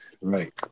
Right